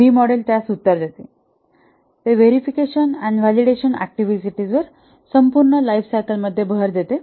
V model त्यास उत्तर देते ते व्हेरीफिकेशन आणि व्हॅलिडेशन ऍक्टिव्हिटीजांवर संपूर्ण लाइफ सायकल मध्ये जोर देते